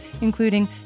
including